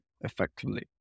effectively